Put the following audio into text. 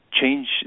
change